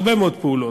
הרבה מאוד פעולות,